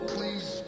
Please